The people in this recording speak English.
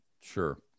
Sure